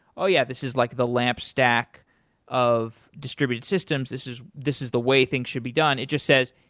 oh, yeah. this is like the lamp stack of distributed systems. this is this is the way things should be done. it just says,